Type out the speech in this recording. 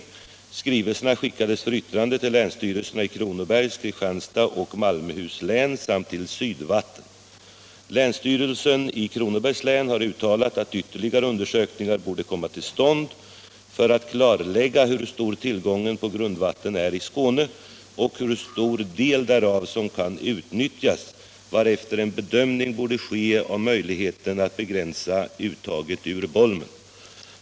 Skrivelserna skickades för yttrande till länsstyrelserna i Kronobergs, Kristianstads och Malmöhus län samt till Sydvatten. Om Bolmenprojek Länsstyrelsen i Kronobergs län har uttalat att ytterligare undersökningar = tet borde komma till stånd för att klarlägga hur stor tillgången på grundvatten är i Skåne och hur stor del därav som kan utnyttjas, varefter en bedömning borde ske av möjligheten att begränsa uttaget ur Bolmen.